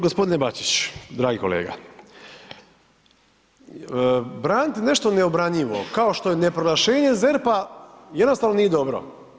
g. Bačić, dragi kolega, braniti nešto neobranjivo kao što je ne proglašenje ZERP-a, jednostavno nije dobro.